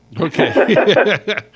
Okay